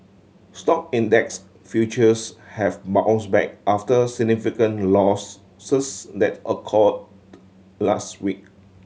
stock index futures have bounced back after significant losses that occurred last week